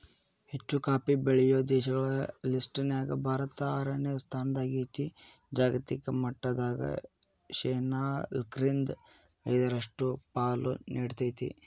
ಹೆಚ್ಚುಕಾಫಿ ಬೆಳೆಯೋ ದೇಶಗಳ ಲಿಸ್ಟನ್ಯಾಗ ಭಾರತ ಆರನೇ ಸ್ಥಾನದಾಗೇತಿ, ಜಾಗತಿಕ ಮಟ್ಟದಾಗ ಶೇನಾಲ್ಕ್ರಿಂದ ಐದರಷ್ಟು ಪಾಲು ನೇಡ್ತೇತಿ